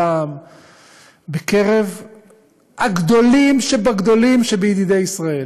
זעם בקרב הגדולים שבגדולים שבידידי ישראל,